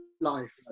life